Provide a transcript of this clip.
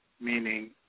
meaning